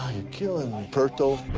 you're killing me purto.